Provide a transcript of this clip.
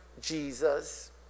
Jesus